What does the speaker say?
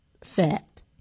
fact